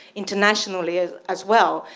internationally as as well.